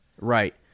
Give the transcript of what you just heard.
Right